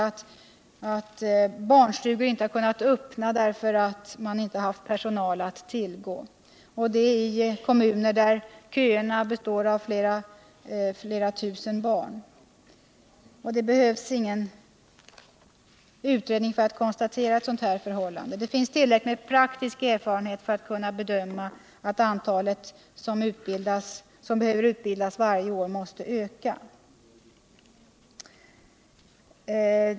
förekommit att barnstugor inte kunnat öppna därför att man inte haft personal att tillgå, och det har inträffat i kommuner med daghemsköer på flera tusen barn. Det behövs sannerligen ingen utredning för att konstatera detta förhållande. Det finns tillräckligt med praktisk erfarenhet för att man skall kunna bedöma att det antal personer som skall utbildas per år måste öka.